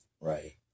Right